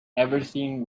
everything